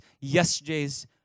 yesterday's